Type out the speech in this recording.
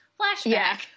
flashback